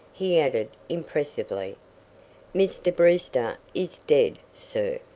he added, impressively mr. brewster is dead, sir.